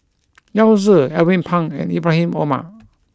Yao Zi Alvin Pang and Ibrahim Omar